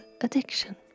addiction